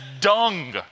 dung